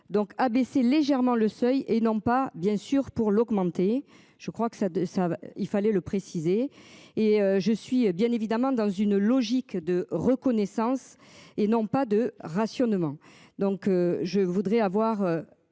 donc abaisser légèrement le seuil et non pas bien sûr pour l'augmenter. Je crois que ça, ça il fallait le préciser. Et je suis bien évidemment dans une logique. Que de reconnaissance et non pas de rationnement. Donc je voudrais avoir